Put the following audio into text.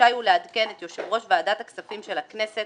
רשאי הוא לעדכן את יושב-ראש ועדת הכספים של הכנסת